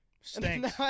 Stinks